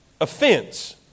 Offense